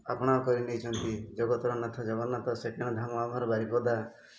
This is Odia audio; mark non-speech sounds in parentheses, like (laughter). ଆପଣାର କରି ନେଇଛନ୍ତି ଜଗତର ନାଥ ଜଗନ୍ନାଥ (unintelligible) ଧାମ ଆମର ବାରିପଦା